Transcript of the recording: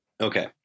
okay